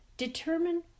Determine